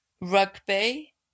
rugby